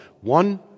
one